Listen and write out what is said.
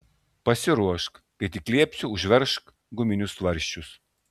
pasiruošk kai tik liepsiu užveržk guminius tvarsčius